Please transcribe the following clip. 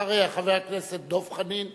אחריה, חבר הכנסת דב חנין,